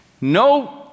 No